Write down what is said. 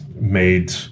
made